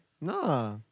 Nah